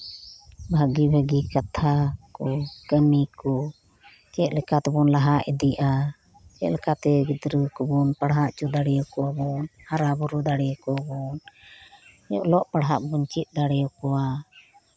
ᱵᱷᱟᱜᱮ ᱵᱷᱟᱜᱮ ᱠᱟᱛᱷᱟ ᱠᱚ ᱠᱟᱹᱢᱤ ᱠᱚ ᱪᱮᱫ ᱞᱮᱠᱟᱛᱮᱵᱚᱱ ᱞᱟᱦᱟ ᱤᱫᱤᱭᱟ ᱪᱮᱫ ᱞᱮᱠᱟᱛᱮ ᱜᱤᱫᱽᱨᱟᱹ ᱠᱚᱵᱚᱱ ᱯᱟᱲᱦᱟᱣ ᱦᱚᱪᱚ ᱫᱟᱲᱮ ᱟᱠᱚ ᱵᱚᱱ ᱦᱟᱨᱟ ᱵᱩᱨᱩ ᱫᱟᱲᱮ ᱟᱠᱚ ᱵᱚᱱ ᱚᱞᱚᱜ ᱯᱟᱲᱦᱟᱜ ᱵᱚᱱ ᱪᱮᱫ ᱫᱟᱲᱮ ᱟᱠᱚᱣᱟ